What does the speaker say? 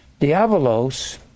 diabolos